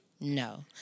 No